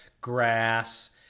grass